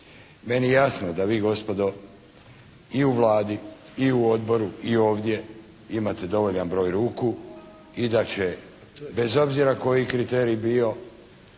Meni je jasno da vi gospodo i u Vladi i u odboru i ovdje imate dovoljan broj ruku i da će bez obzira koji kriterij bio